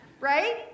right